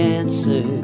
answer